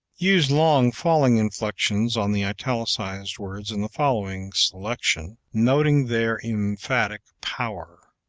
use long falling inflections on the italicized words in the following selection, noting their emphatic power.